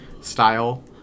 style